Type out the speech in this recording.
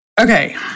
Okay